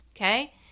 Okay